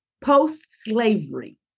post-slavery